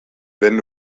wenn